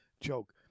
joke